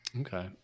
Okay